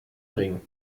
ring